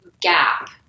gap